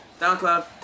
SoundCloud